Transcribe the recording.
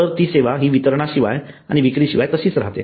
तर ती सेवा हि वितरणा शिवाय आणि विक्री शिवाय तशीच राहते